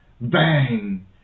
bang